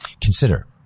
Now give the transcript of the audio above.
Consider